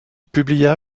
publia